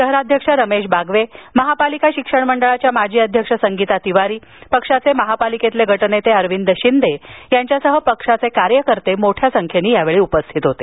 शहराध्यक्ष रमेश बागवे महापालिका शिक्षण मंडळाच्या माजी अध्यक्ष संगीता तिवारी पक्षाचे महापालिकेतील गटनेते अरविंद शिंदे यांच्यासह पक्षाचे कार्यकर्ते मोठ्या संख्येने उपस्थित होते